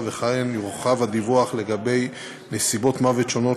וכן יורחב הדיווח לגבי נסיבות מוות שונות,